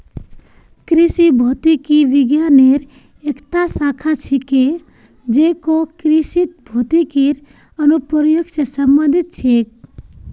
कृषि भौतिकी विज्ञानेर एकता शाखा छिके जेको कृषित भौतिकीर अनुप्रयोग स संबंधित छेक